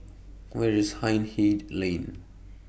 Where IS Hindhede Lane